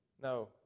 No